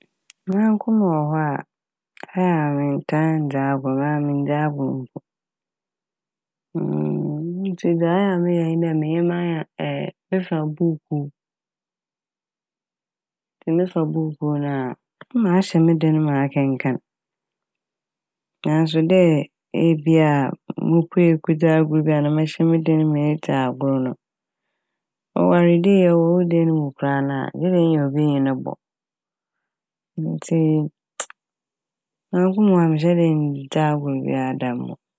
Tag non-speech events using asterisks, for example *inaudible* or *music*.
*noise* Manko mowɔ hɔ a ɔyɛ a menntaa nndzi agor maa menndzi agor mpo. *hesitation* Ntsi dza ɔyɛ a meyɛ nye dɛ menye m'anyan *hesitation* mefa buukuu mefa buukuu no a na mahyɛ me dan mu akenkan naaso dɛ ebi a mopuei kodzi agor bi a ana mɛhyɛ me dan mu edzi agor no. Ɔware dei ɔwɔ wo dan mu koraa na gye dɛ enya obi nye no bɔ ntsi *hesitation* manko mowɔ hɔ a mennhyɛ da nndzi agor bia dɛm mom.